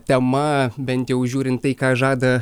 tema bent jau žiūrint tai ką žada